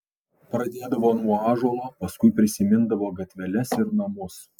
pradėdavo nuo ąžuolo paskui prisimindavo gatveles ir namus